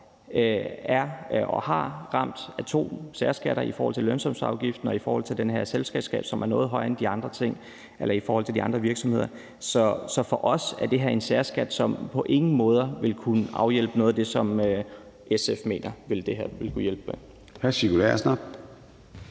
er ramt af to særskatter i forhold til lønsumsafgiften og i forhold til den her selskabsskat, som er noget højere her i forhold til de andre virksomheder. Så for os er det her en særskat, som på ingen måder ville kunne afhjælpe noget af det, som SF mener det her vil kunne hjælpe